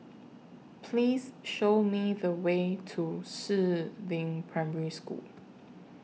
Please Show Me The Way to Si Ling Primary School